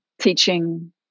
teaching